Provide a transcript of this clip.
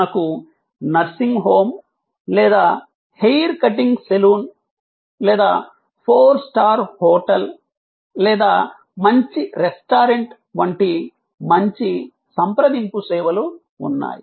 మనకు nursing home లేదా hair cutting salon లేదా ఫోర్ స్టార్ హోటల్ లేదా మంచి రెస్టారెంట్ వంటి మంచి సంప్రదింపు సేవలు ఉన్నాయి